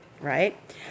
right